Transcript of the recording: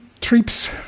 trips